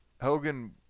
Hogan